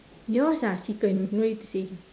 yours ah chicken no need to say